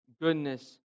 goodness